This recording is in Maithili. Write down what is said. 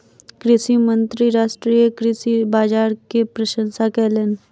कृषि मंत्री राष्ट्रीय कृषि बाजार के प्रशंसा कयलैन